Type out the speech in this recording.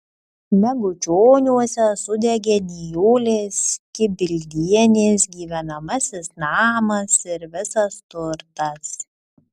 megučioniuose sudegė nijolės kibildienės gyvenamasis namas ir visas turtas